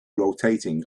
rotating